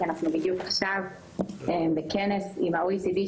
כי בדיוק עכשיו אנחנו בכנס עם ה-OECD,